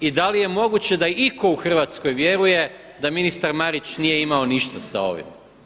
I da li je moguće da itko u Hrvatskoj vjeruje da ministar Marić nije imao ništa sa ovim.